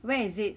where is it